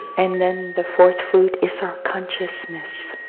and then, the fourth food is our consciousness.